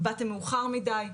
באתם מאוחר מדי,